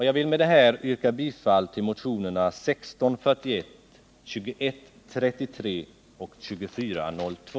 Jag vill med detta yrka bifall till motionerna 1641, 2133 och 2402.